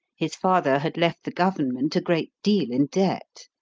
his father had left the government a great deal in debt.